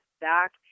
back